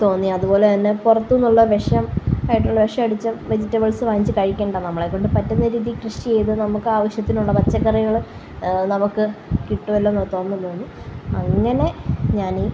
തോന്നി അതുപോലെ തന്നെ പുറത്ത് നിന്നുള്ള വിഷം ആയിട്ടുള്ള വിഷം അടിച്ച വെജിറ്റബിള്സ് വാങ്ങിച്ച് കഴിക്കണ്ട നമ്മളെക്കൊണ്ട് പറ്റുന്ന രീതിയിൽ കൃഷി ചെയ്ത് നമുക്ക് ആവശ്യത്തിനുള്ള പച്ചക്കറികള് നമുക്ക് കിട്ടുവല്ലോ എന്ന് ഓര്ത്ത് തോന്നൽ തോന്നി അങ്ങനെ ഞാൻ ഈ